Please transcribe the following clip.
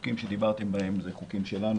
החוקים שדיברתם בהם אלה חוקים שלנו,